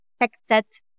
expected